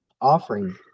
offering